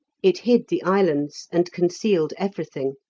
it hid the islands and concealed everything.